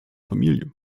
familie